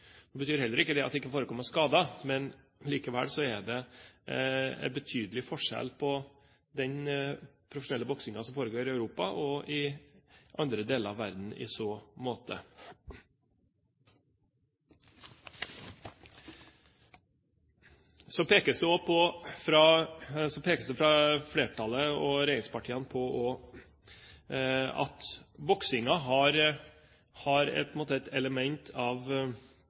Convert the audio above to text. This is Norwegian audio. betyr ikke at det ikke har forekommet skader, men likevel er det en betydelig forskjell på den profesjonelle boksingen som foregår i Europa og den som foregår i andre deler av verden, i så måte. I innstillingen pekes det på at boksingen har et element av etiske dilemmaer i seg, knyttet til hensikten med sporten. Jeg tror ikke at